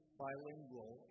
bilingual